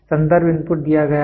संदर्भ इनपुट दिया गया है